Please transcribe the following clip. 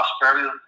prosperity